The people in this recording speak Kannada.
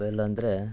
ಮೊಬೈಲಂದರೆ